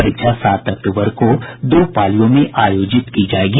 परीक्षा सात अक्टूबर को दो पालियों में आयोजित की जायेगी